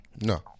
No